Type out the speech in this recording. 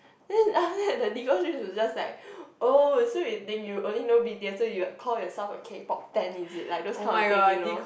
then I only have the legal think is just like oh so you think you only know B_T_S so you call yourself a K-Pop fans is it like those kinds of thing you know